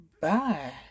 bye